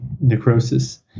necrosis